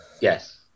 Yes